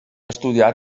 estudiar